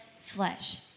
flesh